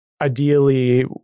ideally